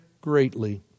greatly